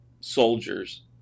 soldiers